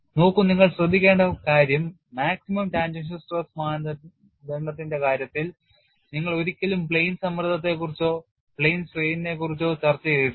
നോക്കൂ നിങ്ങൾ ശ്രദ്ധിക്കേണ്ട കാര്യം maximum ടാൻജൻഷ്യൽ സ്ട്രെസ് മാനദണ്ഡത്തിന്റെ കാര്യത്തിൽ നിങ്ങൾ ഒരിക്കലും plane സമ്മർദ്ദത്തെക്കുറിച്ചോ plane strain നെക്കുറിച്ചോ ചർച്ച ചെയ്തിട്ടില്ല